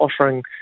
offering